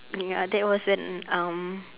ya that was when um